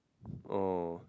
oh